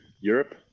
Europe